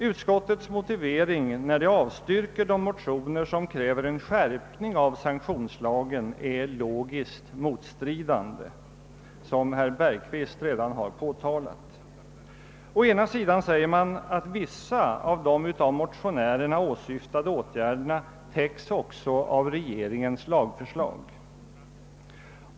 Utskottets motivering för att avstyrka de motioner som kräver en skärpning av sanktionslagen är, såsom herr Bergqvist redan påpekat, logiskt motstridande. Å ena sidan säger man att vissa av de av motionärerna åsyftade åtgärderna också täcks av regeringens lagförslag.